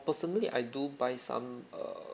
personally I do buy some err